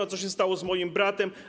A co się stało z moim bratem?